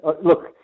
Look